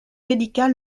médical